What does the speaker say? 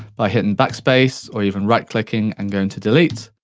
by hitting backspace, or even right clicking, and going to delete,